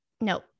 no